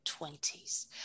20s